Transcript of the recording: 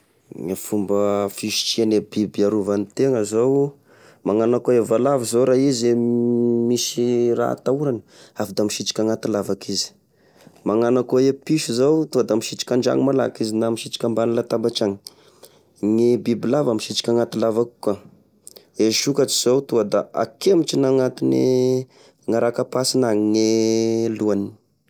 Gne fomba fisitriane biby hiarovany tena zao magnano akô e valavo zao raha izy misy raha atahorany tonga da misitriky anaty lavaky izy, magnano akô e piso zao tonga da misitrika andragno malaky izy na misitriky ambany latabatry agny, gne bibilava misitrika anaty lavaky koa, e sokatry zao tonga da akemitriny agnatine gn'arakapasiny agny gne lohany.